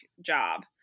job